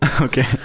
okay